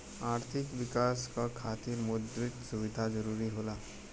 आर्थिक विकास क खातिर मौद्रिक सुधार जरुरी होला